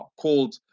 called